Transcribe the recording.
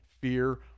fear